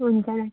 हुन्छ